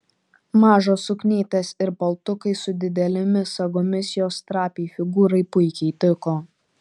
mažos suknytės ir paltukai su didelėmis sagomis jos trapiai figūrai puikiai tiko